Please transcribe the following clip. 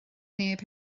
neb